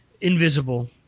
Invisible